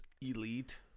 elite